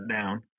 down